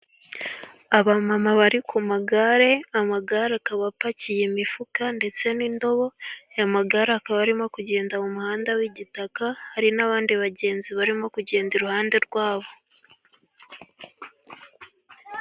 Aba mama bari ku magare, amagare akaba apakiye imifuka ndetse n'indobo, aya magare akaba arimo kugenda mu muhanda w'igitaka, hari n'abandi bagenzi barimo kugenda iruhande rwabo.